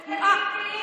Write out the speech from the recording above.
אל תגידי לי,